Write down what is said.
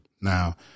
Now